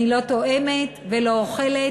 אני לא טועמת ולא אוכלת